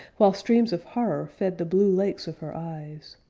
while streams of horror fed the blue lakes of her eyes.